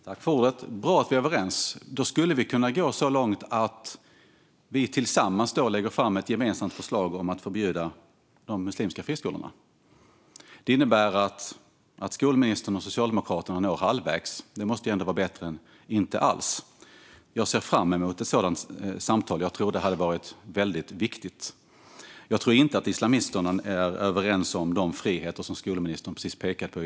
Herr talman! Bra att vi är överens! Då skulle vi kunna gå så långt att vi lägger fram ett gemensamt förslag om att förbjuda de muslimska friskolorna. Det innebär att skolministern och Socialdemokraterna når halvvägs. Det måste ändå vara bättre än att inte nå någonstans. Jag ser fram emot ett sådant samtal. Jag tror att det hade varit väldigt viktigt. Jag tror inte att islamisterna är överens med skolministern om de friheter som hon precis pekade på.